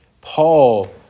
Paul